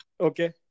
Okay